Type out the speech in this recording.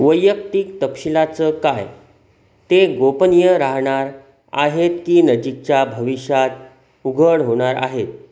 वैयक्तिक तपशिलाचं काय ते गोपनीय राहणार आहेत की नजीकच्या भविष्यात उघड होणार आहेत